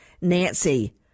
nancy